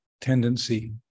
tendency